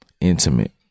intimate